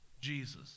Jesus